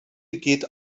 geht